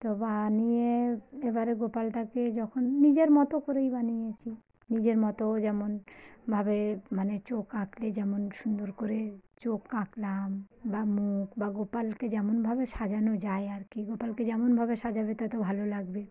তো বানিয়ে এবারে গোপালটাকে যখন নিজের মতো করেই বানিয়েছি নিজের মতো যেমনভাবে মানে চোখ আঁকলে যেমন সুন্দর করে চোখ আঁকলাম বা মুখ বা গোপালকে যেমনভাবে সাজানো যায় আর কি গোপালকে যেমনভাবে সাজাবে তত ভালো লাগবে